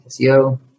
SEO